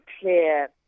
clear